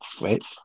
Wait